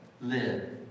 live